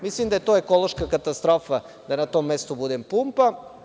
Mislim da je to ekološka katastrofa da na tom mestu bude pumpa.